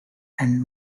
and